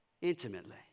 intimately